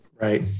Right